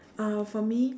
uh for me